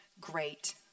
great